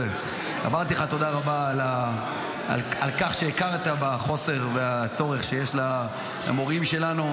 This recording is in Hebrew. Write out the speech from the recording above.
אמרתי לך תודה רבה על כך שהכרת בחוסר ובצורך שיש למורים שלנו.